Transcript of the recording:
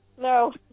No